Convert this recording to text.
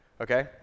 Okay